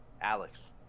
Alex